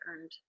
earned